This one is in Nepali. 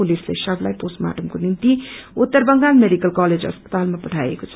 पुलिसले शवलाई पोष्टमार्टमको निम्ति उत्तर बंगाल मेडिकल कलेज अस्पतालमा पठाएको छ